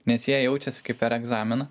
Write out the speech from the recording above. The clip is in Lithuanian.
nes jie jaučiasi kaip per egzaminą